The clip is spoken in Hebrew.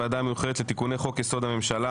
הצעת חוק-יסוד: הממשלה